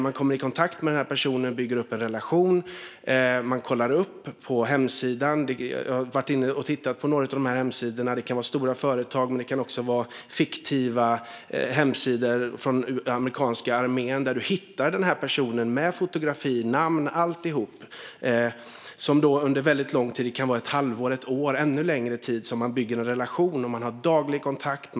Man kommer i kontakt med personen och bygger upp en relation. Man kollar på hemsidan. Jag har varit inne och tittat på några av dessa hemsidor. Det kan vara stora företag, men det kan också vara fiktiva hemsidor från amerikanska armén där du hittar personen med fotografi och namn. Man bygger en relation under en väldigt lång tid. Det kan vara ett halvår, ett år eller en ännu längre tid. Man har daglig kontakt.